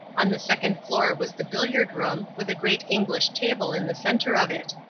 on the second floor was the billiard-room, with a great english table in the centre of it.